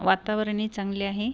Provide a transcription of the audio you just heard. वातावरनई चांगले आहे